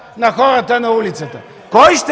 на хората на улицата.